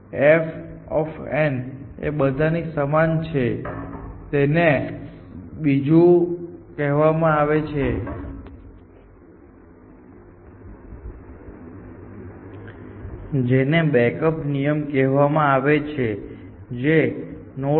f એ બધાની સમાન છે તેને બીજું મૂલ્ય કહેવામાં આવે છે તેને કહેવામાં આવે છે f f